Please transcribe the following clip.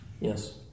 Yes